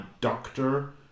doctor